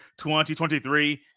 2023